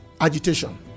agitation